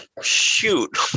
shoot